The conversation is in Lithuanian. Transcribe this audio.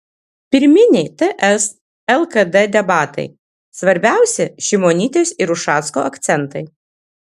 pirminiai ts lkd debatai svarbiausi šimonytės ir ušacko akcentai